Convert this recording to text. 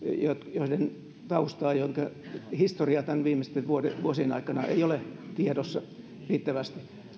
joiden tausta joiden historia näiden viimeisten vuosien ajalta ei ole tiedossa riittävästi